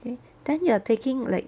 then you are taking like